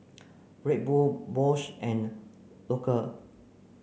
Red Bull Bose and Loacker